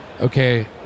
Okay